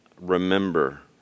remember